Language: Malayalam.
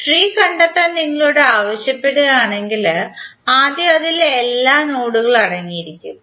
ട്രീ കണ്ടെത്താൻ നിങ്ങളോടു ആവശ്യപ്പെടുകയാണെങ്കിൽ ആദ്യം അതിൽ എല്ലാ നോഡുകളും അടങ്ങിയിരിക്കും